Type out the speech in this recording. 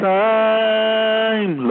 time